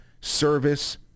service